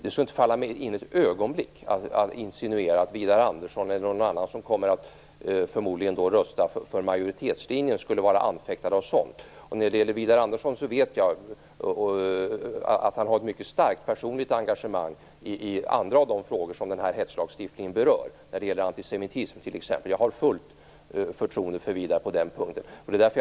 Det skulle inte ett ögonblick falla mig in att insinuera att Widar Andersson eller någon annan, som förmodligen kommer att rösta för majoritetslinjen, är anfäktad av sådant. Jag vet att Widar Andersson har ett mycket starkt personligt engagemang i andra frågor som hetslagstiftningen berör, t.ex. när det gäller antisemitism. Jag har fullt förtroende för Widar Andersson på den punkten.